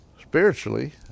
spiritually